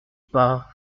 pas